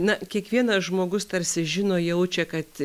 na kiekvienas žmogus tarsi žino jaučia kad